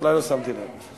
אולי לא שמתי לב.